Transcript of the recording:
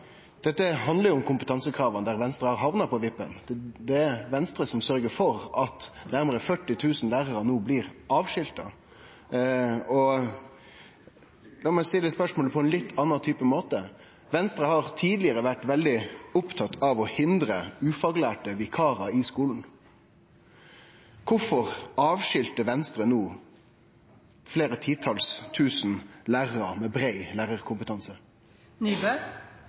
Dette handlar om kompetansekrava, der Venstre har hamna på vippen. Det er Venstre som sørgjer for at nærmare 40 000 lærarar no blir avskilta. La meg stille spørsmålet på ein litt annan måte: Venstre har tidlegare vore veldig opptatt av å hindre ufaglærte vikarar i skulen. Kvifor avskiltar Venstre no fleire titals tusen lærarar med brei